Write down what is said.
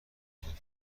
بفهمیم